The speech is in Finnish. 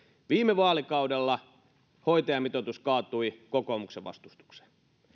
viime vaalikaudella hoitajamitoitus kaatui kokoomuksen vastustukseen